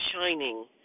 shining